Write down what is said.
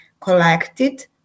collected